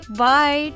bye